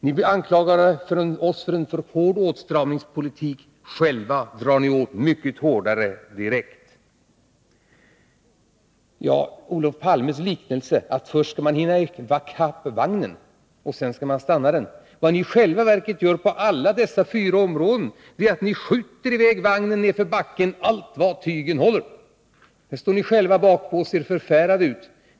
Ni anklagade oss för en för hård åtstramningspolitik — själva drar ni åt mycket hårdare direkt. Olof Palmes liknelse var att först skall man hinna i kapp vagnen och sedan skall man stanna den. Vad ni själva gör på alla dessa fyra områden är att ni skjuter iväg vagnen nedför backen allt vad tygen håller. Sedan står ni själva bakpå och ser förfärade ut.